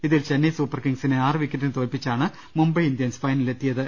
ഇതിൽ ചെന്നൈ സൂപ്പർകിംഗ്സിനെ ആറ് വിക്കറ്റിന് തോൽപ്പിച്ചാണ് മുംബൈ ഇന്ത്യൻസ് ഫൈനലിലെത്തി യത്